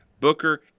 Booker